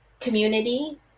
community